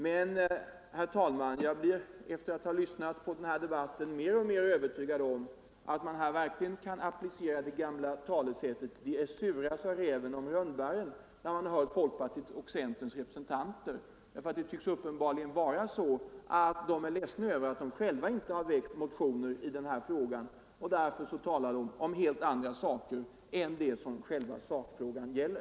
Men, herr talman, jag blir efter att ha lyssnat på centerns och folkpartiets representanter i denna debatt mer och mer övertygad om att man på dem verkligen kan applicera det gamla talesättet ”surt, sa räven om rönnbären”. De tycks uppenbarligen vara ledsna över att de själva inte väckt motioner i denna fråga. Därför talar de om helt andra saker än det som debatten egentligen gäller.